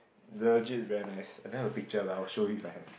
legit is very nice I don't have a picture but I'll show you if I have